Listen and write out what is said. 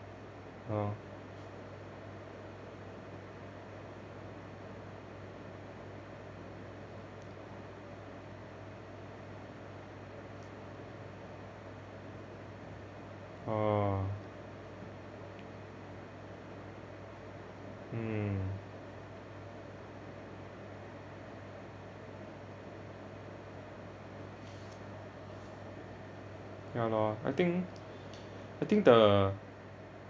oh oh hmm ya loh I think I think the